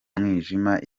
mwijima